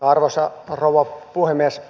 arvoisa rouva puhemies